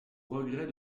regret